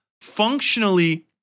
functionally